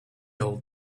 old